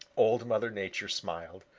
old mother nature smiled.